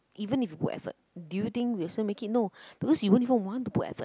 even if you put effort do you think we'll still make it no because you won't even want to put effort